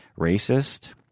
racist